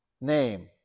name